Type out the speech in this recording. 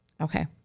Okay